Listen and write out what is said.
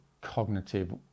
cognitive